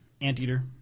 anteater